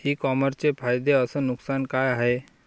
इ कामर्सचे फायदे अस नुकसान का हाये